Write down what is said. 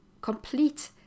complete